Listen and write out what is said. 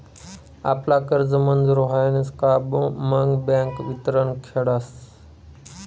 आपला कर्ज मंजूर व्हयन का मग बँक वितरण देखाडस